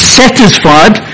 satisfied